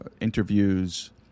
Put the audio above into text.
interviews